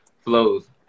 flows